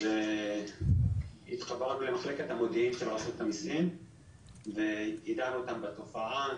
אז התחברנו למחלקת המודיעין של רשות המיסים ויידענו אותם בתופעה.